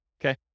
Okay